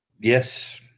Yes